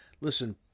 listen